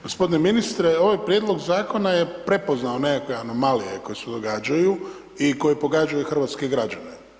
Gospodine ministre, ovaj prijedlog zakona je prepoznao nekakve anomalije, koje se događaju i koje pogađaju hrvatske građane.